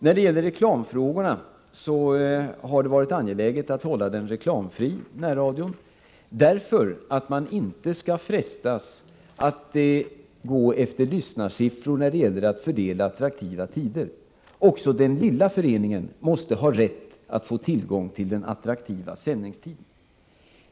Beträffande reklamfrågorna vill jag säga att det har varit angeläget att hålla närradion reklamfri därför att man inte skall frestas att gå efter lyssnarsiffror när det gäller att fördela attraktiva tider. Också den lilla föreningen måste ha rätt att få tillgång till attraktiva sändningstider.